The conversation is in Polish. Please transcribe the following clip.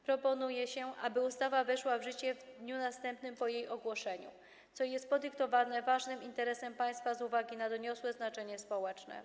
Proponuje się, aby ustawa weszła w życie w dniu następnym po jej ogłoszeniu, co jest podyktowane ważnym interesem państwa z uwagi na jej doniosłe znaczenie społeczne.